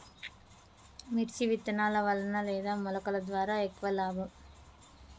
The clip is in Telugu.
మిర్చి విత్తనాల వలన లేదా మొలకల ద్వారా ఎక్కువ లాభం?